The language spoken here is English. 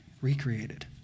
recreated